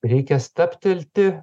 reikia stabtelti